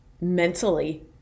mentally